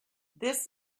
this